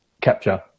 capture